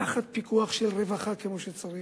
תחת פיקוח של רווחה כמו שצריך,